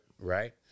Right